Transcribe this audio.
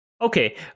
Okay